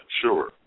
sure